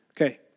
Okay